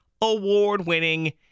Award-winning